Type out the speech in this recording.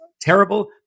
terrible